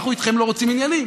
אנחנו איתכם לא רוצים עניינים.